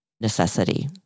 necessity